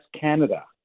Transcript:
Canada